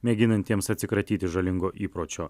mėginantiems atsikratyti žalingo įpročio